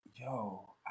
Yo